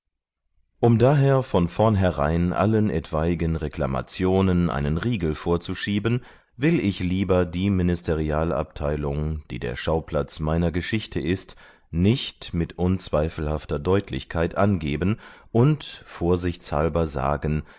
um daher von vornherein allen etwaigen reklamationen einen riegel vorzuschieben will ich lieber die ministerialabteilung die der schauplatz meiner geschichte ist nicht mit unzweifelhafter deutlichkeit angeben und vorsichtshalber sagen